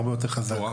הרבה יותר חזק.